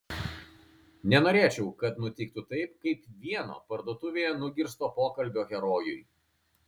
nenorėčiau kad nutiktų taip kaip vieno parduotuvėje nugirsto pokalbio herojui